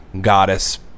goddess